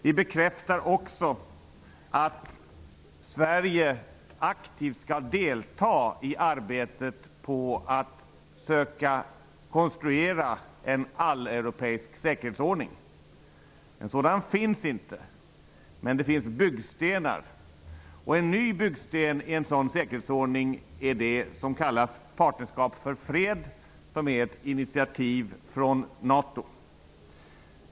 Vi bekräftar också att Sverige aktivt skall delta i arbetet med att söka konstruera en alleuropeisk säkerhetsordning. En sådan finns inte, men det finns byggstenar. En ny byggsten i en sådan säkerhetsordning är det som kallas Partnerskap för fred och är ett initiativ från NATO.